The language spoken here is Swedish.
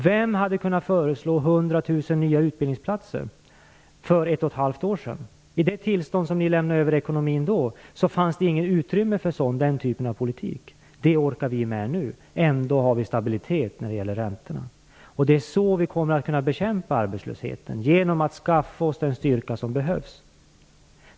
Vem hade kunnat föreslå 100 000 nya utbildningsplatser för ett och ett halvt år sedan? I det ekonomiska tillstånd som ni då lämnade över fanns det inget utrymme för den typen av politik. Det orkar vi med nu. Ändå har vi stabilitet när det gäller räntorna. Det är så vi kommer att kunna bekämpa arbetslösheten: genom att skaffa oss den styrka som behövs.